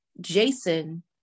Jason